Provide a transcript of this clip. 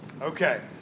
Okay